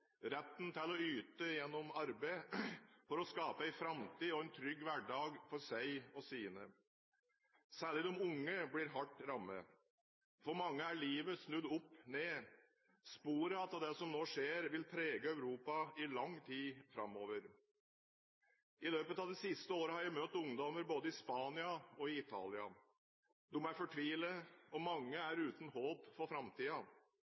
retten til å yte gjennom arbeid for å skape en framtid og en trygg hverdag for seg og sine. Særlig de unge blir hardt rammet. For mange er livet snudd opp ned. Sporene av det som nå skjer, vil prege Europa i lang tid framover. I løpet av det siste året har jeg møtt ungdommer både i Spania og i Italia. De er fortvilet, og mange er uten håp for